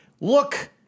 look